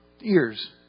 Ears